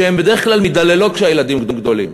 שבדרך כלל מידללות כשהילדים גדלים.